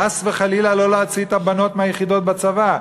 חס וחלילה לא להוציא את הבנות מהיחידות בצבא.